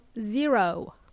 zero